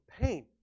pain